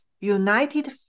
united